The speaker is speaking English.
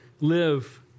live